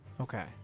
Okay